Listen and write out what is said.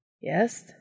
yes